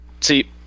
See